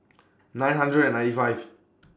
nine hundred and ninety five